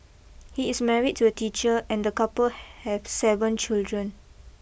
he is married to a teacher and the couple have seven children